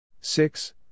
Six